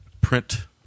print